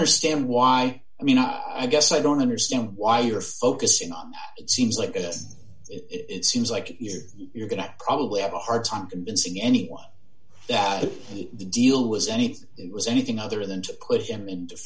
understand why i mean i guess i don't understand why you're focusing on it seems like it seems like you're you're going to probably have a hard time convincing anyone that the deal was anything it was anything other than to put him in